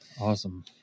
Awesome